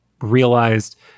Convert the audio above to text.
realized